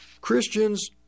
Christians